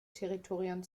territorien